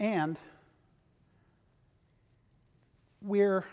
and we're